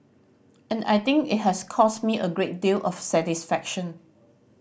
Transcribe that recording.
and I think it has caused me a great deal of satisfaction